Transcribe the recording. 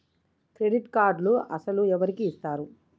Credit కార్డులు అసలు ఎవరికి ఇస్తారు?